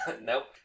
Nope